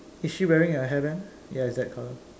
is she wearing a hairband ya is that color